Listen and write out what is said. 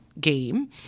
game